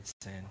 sin